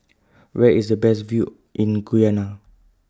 Where IS The Best View in Guyana